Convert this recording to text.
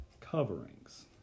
coverings